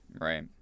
right